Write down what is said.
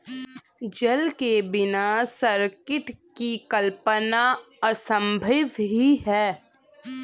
जल के बिना सृष्टि की कल्पना असम्भव ही है